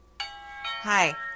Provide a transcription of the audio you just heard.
Hi